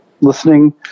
listening